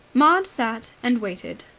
maud sat and waited.